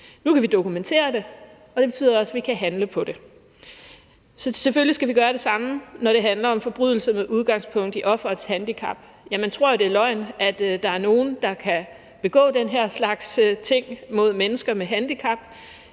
Nu kan vi dokumentere det, og det betyder også, at vi kan handle på det. Så selvfølgelig skal vi gøre det samme, når det handler om forbrydelser med udgangspunkt i offerets handicap. Man tror jo, det er løgn, at der er nogen, der kan begå den her slags ting mod mennesker med handicap,